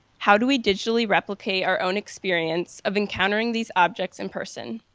how do we digitally replicate our own experience of encountering these objects in person?